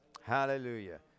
hallelujah